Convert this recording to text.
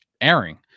airing